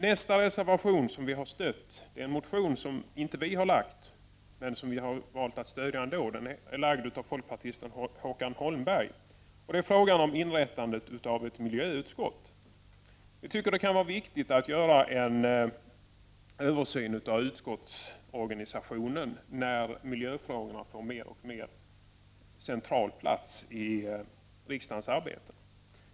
Nästa reservation som vi har stött det är en motion som inte vi har lagt men som vi har valt att stödja ändå. Den är lagd av folkpartisten Håkan Holmberg, och det är frågan om inrättandet utav ett miljöutskott. Vi tycker det kan vara viktigt att göra en översyn utav utskottsorganisationen när miljöfrågorna får mer och mer central plats i riksdagens arbete.